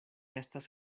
estas